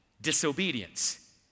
disobedience